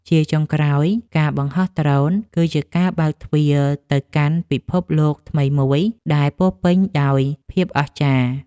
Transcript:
ជាចុងក្រោយ ការបង្ហោះដ្រូនគឺជាការបើកទ្វារទៅកាន់ពិភពលោកថ្មីមួយដែលពោរពេញដោយភាពអស្ចារ្យ។